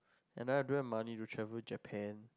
and I don't have money to travel Japan